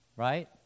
right